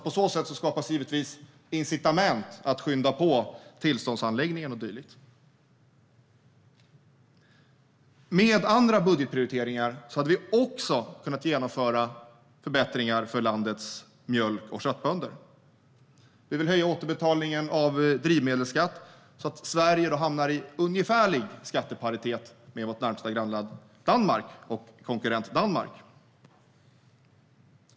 På så sätt skapas givetvis incitament att skynda på tillståndshandläggningen och dylikt. Med andra budgetprioriteringar hade vi också kunnat genomföra förbättringar för landets mjölk och köttbönder. Vi vill höja återbetalningen av drivmedelsskatt så att Sverige hamnar i ungefärlig skatteparitet med vår närmaste konkurrent, vårt grannland Danmark.